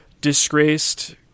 disgraced